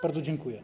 Bardzo dziękuję.